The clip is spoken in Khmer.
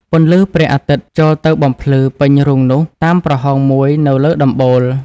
ពន្លឺព្រះអាទិត្យចូលទៅបំភ្លឺពេញរូងនោះ តាមប្រហោងមួយនៅលើដំបូល ។